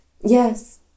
Yes